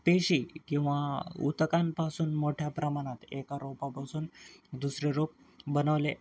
पेशी किंवा उतकांपासून मोठ्या प्रमाणात एका रोपांपासून दुसरे रोप बनवले